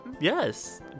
yes